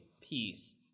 peace